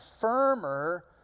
firmer